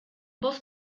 voz